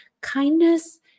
kindness